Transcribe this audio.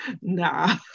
nah